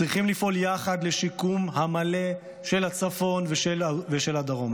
צריכים לפעול יחד לשיקום המלא של הצפון ושל הדרום.